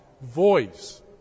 voice